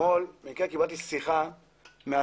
אתמול במקרה קיבלתי שיחה מאסיר